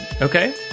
Okay